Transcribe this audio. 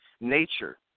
nature